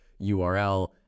URL